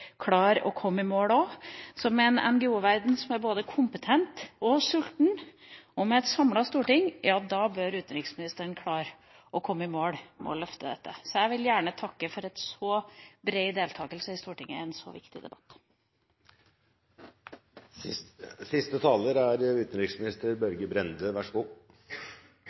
klare å komme i mål. Så med en NGO-verden som er både kompetent og sulten, og med et samlet storting, bør utenriksministeren klare å komme i mål med å løfte dette. Jeg vil gjerne takke for en så bred deltakelse i Stortinget i en så viktig debatt. Jeg synes dette har vært en veldig god